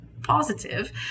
Positive